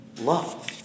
love